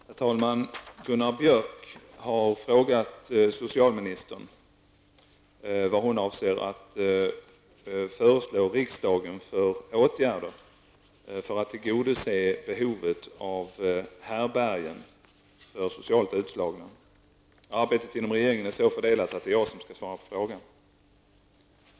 Herr talman! Gunnar Björk har frågat socialministern vad hon avser att föreslå riksdagen för åtgärder för att tillgodose behovet av härbärgen för socialt utslagna. Arbetet inom regeringen är så fördelat att det är jag som skall svara på frågan.